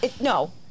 No